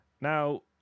now